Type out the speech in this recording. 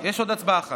יש עוד הצבעה אחת.